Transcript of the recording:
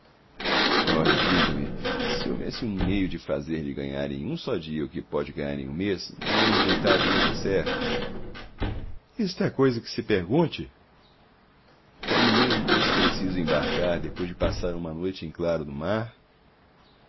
ora diga-me se houvesse um meio de fazer-lhe ganhar em um só dia o que pode ganhar em um mês não enjeitaria decerto isto é coisa que se pergunte quando mesmo fosse preciso embarcar depois de passar uma noite em claro no mar